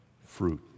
fruit